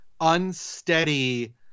unsteady